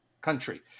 country